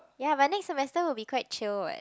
ya but next semester will be quite chill what